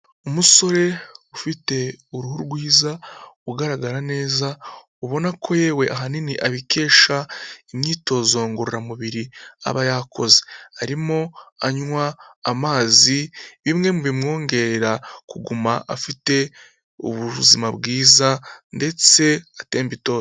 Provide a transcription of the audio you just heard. Umusore ufite uruhu rwiza ugaragara neza, ubona ko yewe ahanini abikesha imyitozo ngororamubiri aba yakoze, arimo anywa amazi bimwe bimwongerera kuguma afite ubuzima bwiza ndetse atemba itoto.